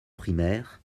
primaire